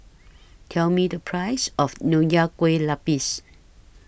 Tell Me The Price of Nonya Kueh Lapis